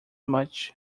much